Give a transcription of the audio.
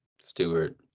stewart